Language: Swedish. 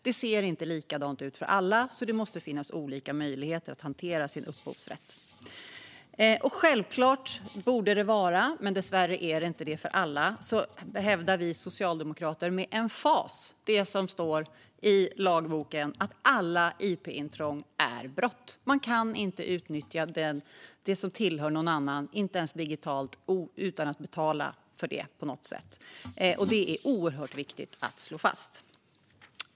Det ser inte likadant ut för alla, så det måste finnas olika möjligheter att hantera sin upphovsrätt. Vi socialdemokrater hävdar med emfas det som står i lagboken om att alla IP-intrång är brott. Det borde vara självklart men är det dessvärre inte för alla. Man kan inte utnyttja det som tillhör någon annan, inte ens digitalt, utan att betala för det på något sätt. Det är oerhört viktigt att slå fast.